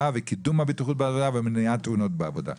וקידום הבטיחות בעבודה ומניעת תאונות בעבודה.